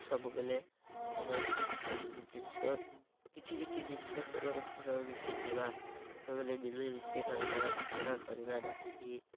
ସବୁବେଲେ ଆମେ ଏସବୁ ଜିନିଷ କିଛି କିଛି ଜିନିଷ ସେମାନଙ୍କ ଠାରୁ ଆମେ ବି ଶିଖିବା ସବୁବେଲେ ମିଳିମିଶି ରହିବା ଝଗଡ଼ା କରିବା ନାହିଁ